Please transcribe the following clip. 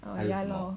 ya lor